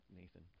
Nathan